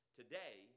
today